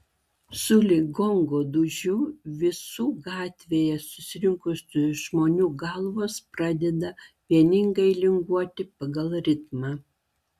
sulig gongo dūžiu visų gatvėje susirinkusių žmonių galvos pradeda vieningai linguoti pagal ritmą